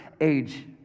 age